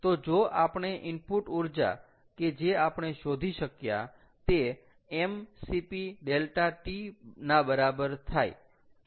તો જો આપણે ઈનપુટ ઊર્જા કે જે આપણે શોધી શક્યા તે m CP ∆Tના બરાબર થાય